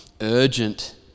urgent